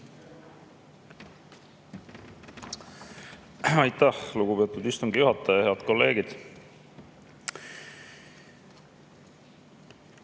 Aitäh, lugupeetud istungi juhataja! Head kolleegid!